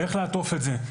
איך לעטוף את זה.